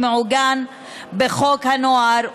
שמעוגן בחוק הנוער,